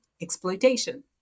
exploitation